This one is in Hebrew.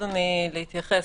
להתייחס,